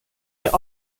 der